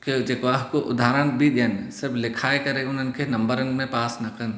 जेको आहे हिकु उदहारण बि ॾियणु सभु लिखाए करे हुननि खे नंबरनि में पास न कनि